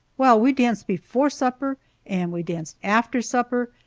well, we danced before supper and we danced after supper,